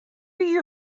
you